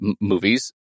movies